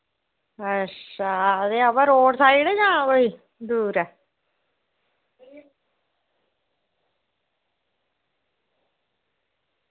अच्छा बा road side ऐ जां दूर ऐ